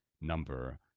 number